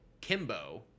Kimbo